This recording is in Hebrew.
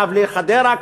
קו לחדרה,